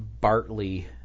Bartley